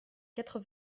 quatre